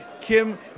Kim